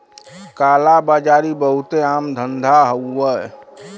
काला बाजारी बहुते आम धंधा हउवे